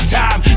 time